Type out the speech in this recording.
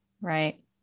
Right